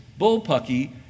bullpucky